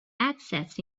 assets